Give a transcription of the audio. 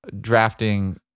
drafting